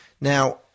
Now